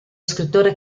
scrittore